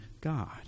God